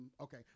okay